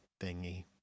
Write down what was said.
thingy